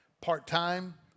part-time